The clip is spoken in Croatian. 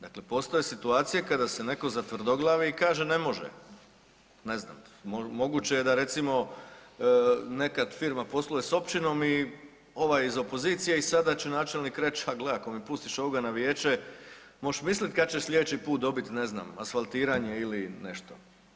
Dakle, postoje situacije kada se netko zatvrdoglavi i kaže ne može, ne znam moguće je da recimo nekad firma posluje s općinom i ovaj je iz opozicije i sada će načelnik reći, a gle ako mi pustiš ovoga na vijeće moš mislit kad će slijedeći put dobiti ne znam asfaltiranje ili nešto.